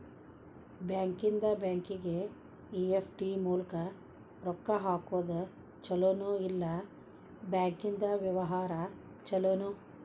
ಬ್ಯಾಂಕಿಂದಾ ಬ್ಯಾಂಕಿಗೆ ಇ.ಎಫ್.ಟಿ ಮೂಲ್ಕ್ ರೊಕ್ಕಾ ಹಾಕೊದ್ ಛಲೊನೊ, ಇಲ್ಲಾ ಬ್ಯಾಂಕಿಂದಾ ವ್ಯವಹಾರಾ ಛೊಲೊನೊ?